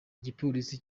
igipolisi